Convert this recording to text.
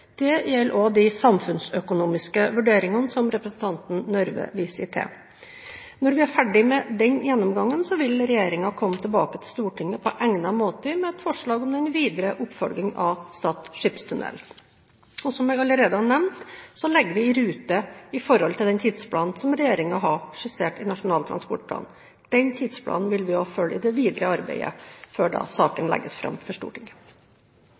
Det gjelder også de samfunnsøkonomiske vurderingene som representanten Røbekk Nørve viser til. Når vi er ferdige med den gjennomgangen, vil regjeringen komme tilbake til Stortinget på egnet måte med et forslag om den videre oppfølging av Stad skipstunnel. Som jeg allerede har nevnt, ligger vi i rute i forhold til den tidsplanen som regjeringen har skissert i Nasjonal transportplan. Den tidsplanen vil vi også følge i det videre arbeidet før saken legges fram for Stortinget.